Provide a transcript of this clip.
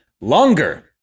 longer